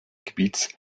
gebiets